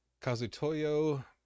Kazutoyo